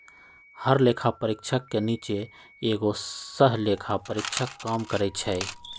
हर लेखा परीक्षक के नीचे एगो सहलेखा परीक्षक काम करई छई